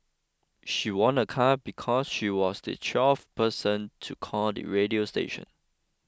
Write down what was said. she won a car because she was the twelfth person to call the radio station